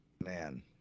Man